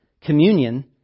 Communion